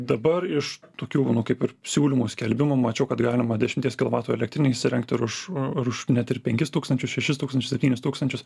dabar iš tokių nu kaip ir siūlymų skelbimų mačiau kad galima dešimties kilovatų elektrinę įsirengt ir už ir už net ir penkis tūkstančius šešis tūkstančius septynis tūkstančius